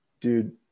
dude